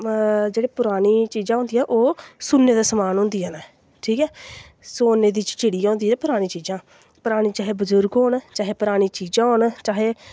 जेह्ड़ी परानी चीज़ां होंदियां ओह् सुन्ने दे समान होंदियां न ठीक ऐ सोनें दी चिड़िया होंदियां परानी चीज़ां परानें चाहे बजुर्ग होन परानी चाहे चीज़ां होन चाहे